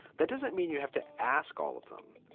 that doesn't mean you have to ask all of them.